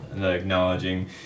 acknowledging